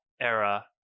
era